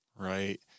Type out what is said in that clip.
Right